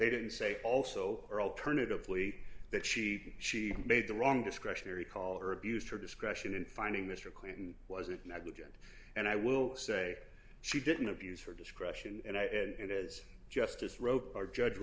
they didn't say also or alternatively that she she made the wrong discretionary call or abused her discretion in finding mr clinton wasn't negligent and i will say she didn't abuse her discretion and as justice wrote our judge